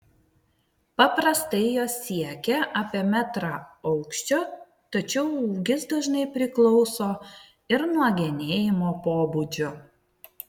paprastai jos siekia apie metrą aukščio tačiau ūgis dažnai priklauso ir nuo genėjimo pobūdžio